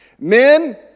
Men